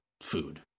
food